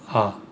ah